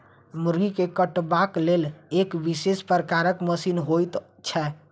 मुर्गी के कटबाक लेल एक विशेष प्रकारक मशीन होइत छै